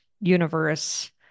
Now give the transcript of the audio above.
universe